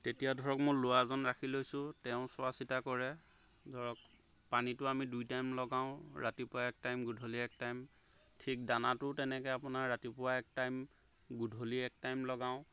তেতিয়া ধৰক মই ল'ৰাজন ৰাখি লৈছোঁ তেওঁ চোৱা চিতা কৰে ধৰক পানীটো আমি দুই টাইম লগাওঁ ৰাতিপুৱা এক টাইম গধূলি এক টাইম ঠিক দানাটো তেনেকৈ আপোনাৰ ৰাতিপুৱা এক টাইম গধূলি এক টাইম লগাওঁ